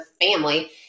family